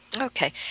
okay